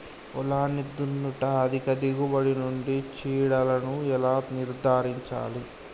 పొలాన్ని దున్నుట అధిక దిగుబడి నుండి చీడలను ఎలా నిర్ధారించాలి?